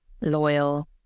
loyal